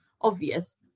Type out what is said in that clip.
obvious